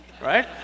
right